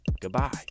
Goodbye